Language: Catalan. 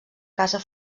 casa